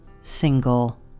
single